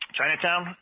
Chinatown